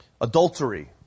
Adultery